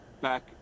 back